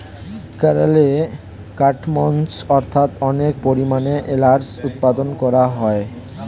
কেরলে কার্ডমমস্ অর্থাৎ অনেক পরিমাণে এলাচ উৎপাদন করা হয়